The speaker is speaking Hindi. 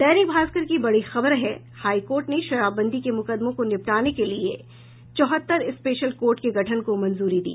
दैनिक भास्कर की बड़ी खबर है हाईकोर्ट ने शराबबंदी के मुकदमों को निपाटने के लिए चौहत्तर स्पेशल कोर्ट के गठन को मंजूरी दी